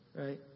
Right